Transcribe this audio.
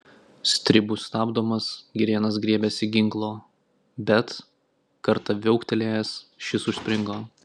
stribų stabdomas girėnas griebėsi ginklo bet kartą viauktelėjęs šis užspringo